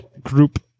Group